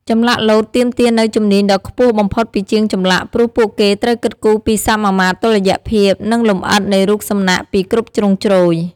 ចម្លាក់លោតទាមទារនូវជំនាញដ៏ខ្ពស់បំផុតពីជាងចម្លាក់ ព្រោះពួកគេត្រូវគិតគូរពីសមាមាត្រ តុល្យភាព និងលម្អិតនៃរូបសំណាកពីគ្រប់ជ្រុងជ្រោយ។